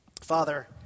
Father